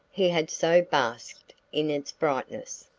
he had so basked in its brightness.